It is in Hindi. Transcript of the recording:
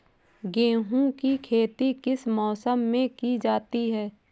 गेहूँ की खेती किस मौसम में की जाती है?